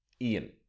Ian